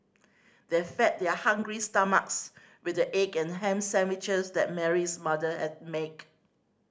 they fed their hungry stomachs with the egg and ham sandwiches that Mary's mother at make